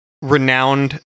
renowned